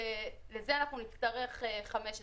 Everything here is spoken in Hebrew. בשביל זה נצטרך 15 מיליון.